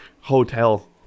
hotel